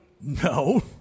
No